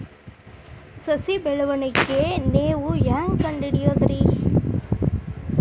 ಸಸಿ ಬೆಳವಣಿಗೆ ನೇವು ಹ್ಯಾಂಗ ಕಂಡುಹಿಡಿಯೋದರಿ?